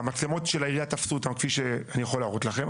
המצלמות של העיריה תפסו אותם כפי שאני יכול להראות לכם,